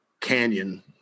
canyon